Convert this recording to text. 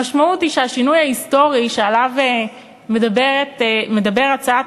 המשמעות היא שהשינוי ההיסטורי שעליו מדברת הצעת